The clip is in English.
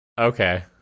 Okay